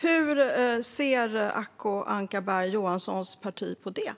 Hur ser Acko Ankarberg Johanssons parti på detta?